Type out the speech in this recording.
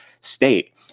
state